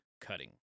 cutting